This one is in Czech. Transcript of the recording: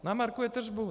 Namarkuje tržbu.